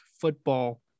football